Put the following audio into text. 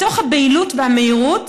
בתוך הבהילות והמהירות,